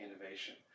innovation